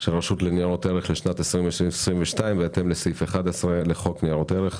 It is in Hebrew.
של רשות לניירות ערך לשנת 2022 בהתאם לסעיף 11 לחוק ניירות ערך,